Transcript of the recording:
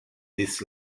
this